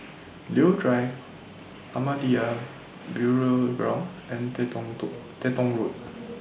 Leo Drive Ahmadiyya Burial Ground and Teng Tong Teng Tong Road